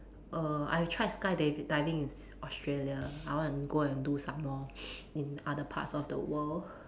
err I tried skydiv~ skydiving in Australia I want go and do some more in other parts of the world